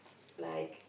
like